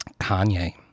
Kanye